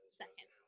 second